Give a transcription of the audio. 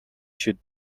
should